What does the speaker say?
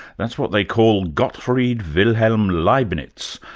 that's what they call gottfreid wilhelm leibnitz,